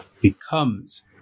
becomes